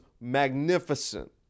magnificent